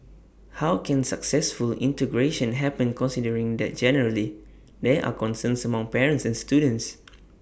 how can successful integration happen considering that generally there are concerns among parents and students